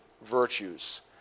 virtues